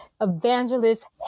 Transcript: evangelist